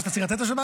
הזאת נקראת שבת